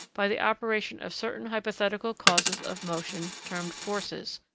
by the operation of certain hypothetical causes of motion termed forces,